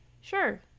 Sure